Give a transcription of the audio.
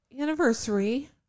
anniversary